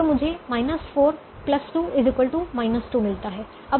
और मुझे 4 2 2 मिलता है